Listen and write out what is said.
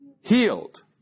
healed